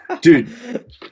dude